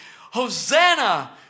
Hosanna